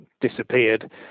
disappeared